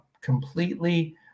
completely